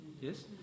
Yes